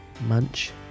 Munch